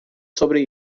sobre